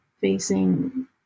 facing